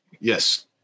yes